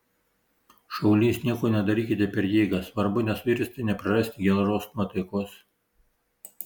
šaulys nieko nedarykite per jėgą svarbu nesuirzti neprarasti geros nuotaikos